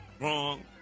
wrong